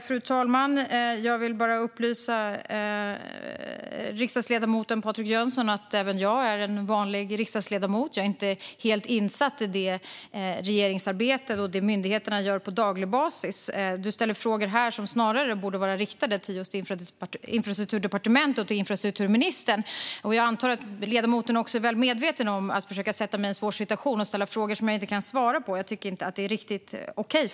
Fru talman! Jag vill bara upplysa riksdagsledamoten Patrik Jönsson om att även jag är en vanlig riksdagsledamot. Jag är inte helt insatt i regeringsarbetet eller det myndigheterna gör på daglig basis. Patrik Jönsson ställer frågor här som snarare borde riktas till Infrastrukturdepartementet och infrastrukturministern. Jag antar att ledamoten är väl medveten om det och att han försöker sätta mig i en svår situation genom att ställa frågor som jag inte kan svara på. Jag tycker inte att det är riktigt okej.